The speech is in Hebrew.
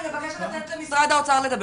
אני מבקשת למשרד האוצר לדבר.